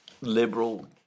liberal